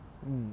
mm